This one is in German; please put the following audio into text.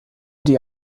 die